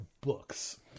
books